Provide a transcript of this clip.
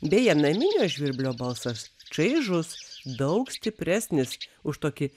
beje naminio žvirblio balsas čaižus daug stipresnis už tokį